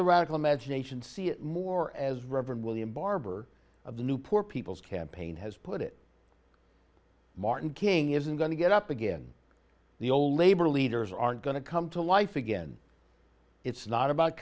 the radical imagination see it more as reverend william barber of the new poor people's campaign has put it martin king isn't going to get up again the ole boy leaders aren't going to come to life again it's not about